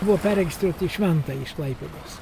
buvo perregistruoti į šventąją iš klaipėdos